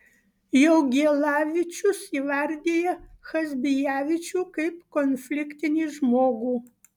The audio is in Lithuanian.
jaugielavičius įvardija chazbijavičių kaip konfliktinį žmogų